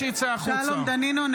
שלום דנינו,